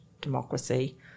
democracy